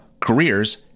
careers